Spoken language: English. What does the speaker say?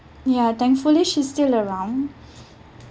ya thankfully she's still around